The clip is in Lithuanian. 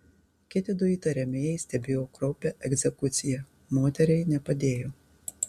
kiti du įtariamieji stebėjo kraupią egzekuciją moteriai nepadėjo